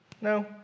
No